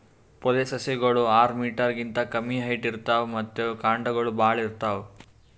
ಪೊದೆಸಸ್ಯಗೋಳು ಆರ್ ಮೀಟರ್ ಗಿಂತಾ ಕಮ್ಮಿ ಹೈಟ್ ಇರ್ತವ್ ಮತ್ತ್ ಕಾಂಡಗೊಳ್ ಭಾಳ್ ಇರ್ತವ್